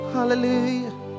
Hallelujah